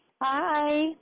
Hi